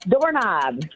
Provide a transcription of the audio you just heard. Doorknob